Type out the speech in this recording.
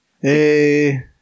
Hey